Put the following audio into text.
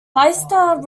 leicester